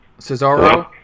Cesaro